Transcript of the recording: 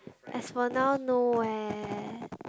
as for now no eh